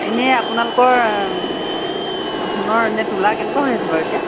এনেই আপোনালোকৰ সোণৰ এনেই তোলা কেনেকুৱা হৈ আছে বাৰু এতিয়া